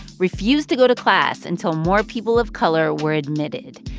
refused to go to class until more people of color were admitted.